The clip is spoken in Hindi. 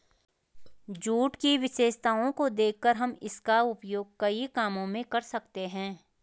जूट की विशेषताओं को देखकर हम इसका उपयोग कई कामों में कर सकते हैं